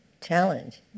challenge